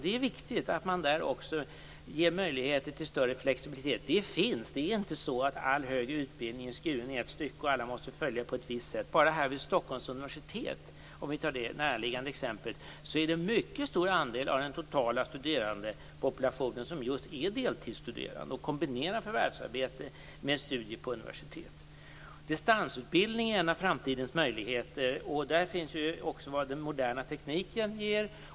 Det är viktig att man där också ger möjligheter till större flexibilitet. Möjligheter finns - det är inte så att all högre utbildning är skuren i ett stycke och att alla måste följa den på ett visst sätt. Om vi tar Stockholms universitet som ett närliggande exempel är det en mycket stor andel av den totala studerandepopulationen som just är deltidsstuderande och kombinerar förvärvsarbete med studier på universitet. Distansutbildning är en av framtidens möjligheter. Där finns också det som den moderna tekniken ger.